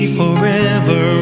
forever